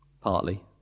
partly